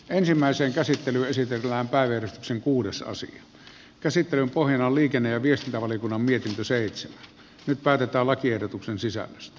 ensimmäisen käsittely olisi tilapäinen sinkkuudessasi käsittelyn pohjana on liikenne ja viestintävaliokunnan mietintö seitsä kypärätalakiehdotuksen sisällöstä